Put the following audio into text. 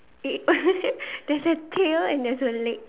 eh there's a tail and there's a leg